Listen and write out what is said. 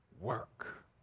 Work